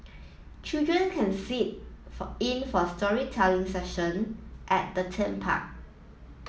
children can sit for in for storytelling session at the theme park